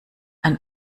ein